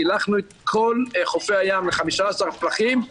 פילחנו את כל חופי הים ל-15 פלחים.